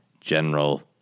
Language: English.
General